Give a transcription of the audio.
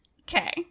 Okay